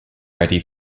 ready